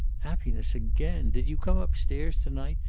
happiness again! did you come up-stairs to-night,